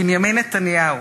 בנימין נתניהו